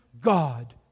God